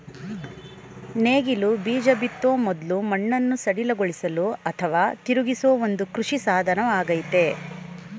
ನೇಗಿಲು ಬೀಜ ಬಿತ್ತೋ ಮೊದ್ಲು ಮಣ್ಣನ್ನು ಸಡಿಲಗೊಳಿಸಲು ಅಥವಾ ತಿರುಗಿಸೋ ಒಂದು ಕೃಷಿ ಸಾಧನವಾಗಯ್ತೆ